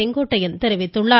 செங்கோட்டையன் தெரிவித்துள்ளார்